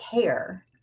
care